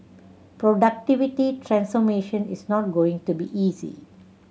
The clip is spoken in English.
productivity transformation is not going to be easy